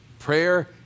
prayer